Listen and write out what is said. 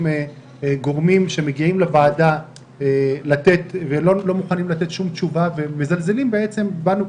גורמים שמגיעים לוועדה ולא מוכנים לתת שום תשובה ומזלזלים בנו,